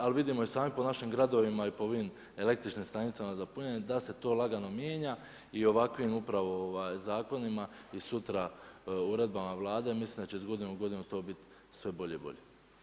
Ali vidimo i sami po našim gradovima i po ovim električnim stanicama za punjenje da se to lagano mijenja i ovakvim upravo zakonima i sutra uredbama Vlade, mislim da će iz godine u godinu to biti sve bolje i bolje.